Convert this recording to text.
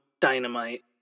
dynamite